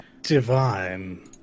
divine